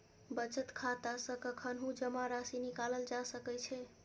बचत खाता सं कखनहुं जमा राशि निकालल जा सकै छै